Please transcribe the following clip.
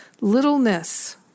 littleness